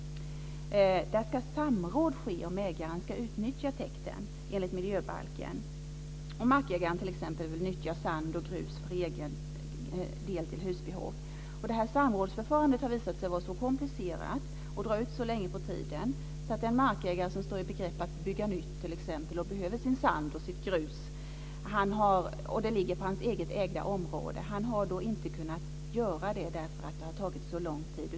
Där ska enligt miljöbalken samråd ske om ägaren ska utnyttja täkten, t.ex. om markägaren vill nyttja sand och grus från den egna marken för husbehov. Detta samrådsförfarande har visat sig vara så komplicerat och dra ut så länge på tiden att en markägare som t.ex. står i begrepp att bygga nytt och behöver utnyttja sin sand och sitt grus inte har kunnat göra det, eftersom detta har tagit så lång tid.